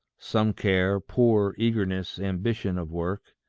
some care, poor eagerness, ambition of work,